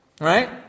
right